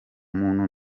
muntu